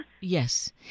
Yes